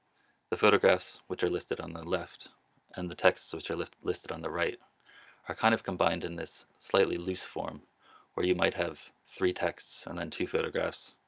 the photographs which are listed on the left and the texts which i left listed on the right are kind of combined in this slightly loose form where you might have three texts and then two photographs,